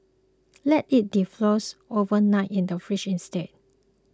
let it defrost overnight in the fridge instead